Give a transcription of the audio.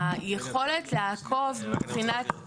היכולת לעקוב מבחינת --- שנייה,